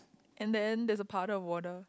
and then there's a puddle of water